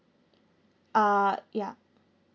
uh yeah